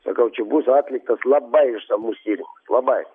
sakau čia bus atliktas labai išsamus tyrimas labai